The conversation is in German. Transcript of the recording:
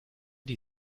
die